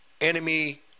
enemy